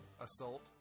assault